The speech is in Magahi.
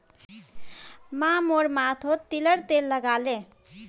माँ मोर माथोत तिलर तेल लगाले